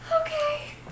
Okay